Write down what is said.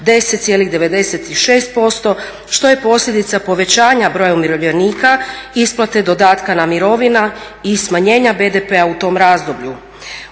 10,96% što je posljedica povećanja broja umirovljenika isplate dodatka na mirovine i smanjenja BDP-a u tom razdoblju.